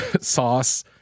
sauce